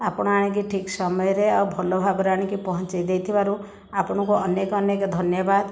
ଆପଣ ଆଣିକି ଠିକ ସମୟରେ ଆଉ ଭଲ ଭାବରେ ଆଣିକି ପଞ୍ଚାଇଦେଇ ଥିବାରୁ ଆପଣଙ୍କୁ ଅନେକ ଅନେକ ଧନ୍ୟବାଦ